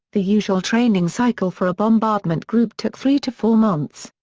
the usual training cycle for a bombardment group took three to four months.